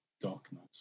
darkness